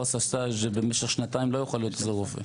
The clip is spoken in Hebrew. עשה סטאז' במשך שנתיים לא יוכל להיות עוזר רופא.